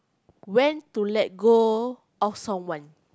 when to let go of someone